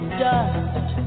dust